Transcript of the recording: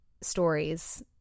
stories